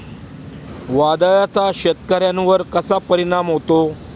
वादळाचा शेतकऱ्यांवर कसा परिणाम होतो?